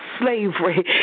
slavery